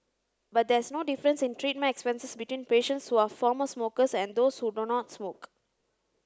but there is no difference in treatment expenses between patients who are former smokers and those who do not smoke